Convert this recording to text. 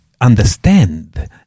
understand